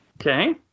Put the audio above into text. Okay